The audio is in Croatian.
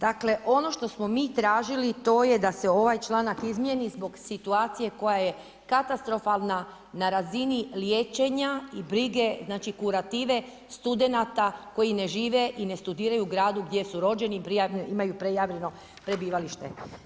Dakle ono što smo mi tražili to je da se ovaj članak izmijeni zbog situacije koja je katastrofalna na razini liječenja i brige kurative studenata koji ne žive i ne studiraju u gradu gdje su rođeni, imaju prijavljeno prebivalište.